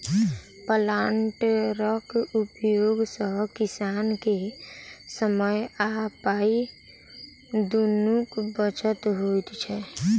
प्लांटरक उपयोग सॅ किसान के समय आ पाइ दुनूक बचत होइत छै